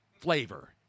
flavor